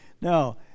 Now